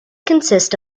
consist